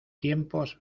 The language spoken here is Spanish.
tiempos